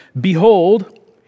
Behold